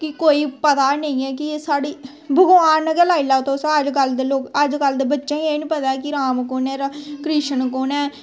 कि कोई पता गै नेईं ऐ कि साढ़ी भगवान गै लाई लैओ तुस अजकल्ल दे लोग अजकल्ल दे बच्चें गी एह् निंं पता ऐ कि राम कु'न ऐ कृष्ण क'न ऐ